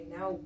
Now